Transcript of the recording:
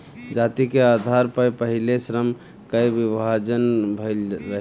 जाति के आधार पअ पहिले श्रम कअ विभाजन भइल रहे